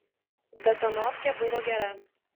betonovkė buvo gera